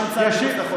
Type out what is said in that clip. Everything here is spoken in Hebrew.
תנועה שהוצאה מחוץ לחוק.